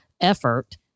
effort